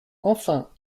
enfin